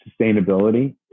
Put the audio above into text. sustainability